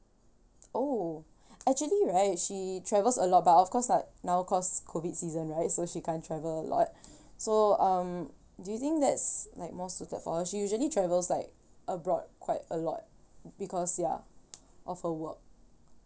oh actually right she travels a lot but of course like now cause COVID season right so she can't travel a lot so um do you think that's like more suited for her she usually travels like abroad quite a lot because ya of her work